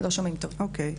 בבקשה.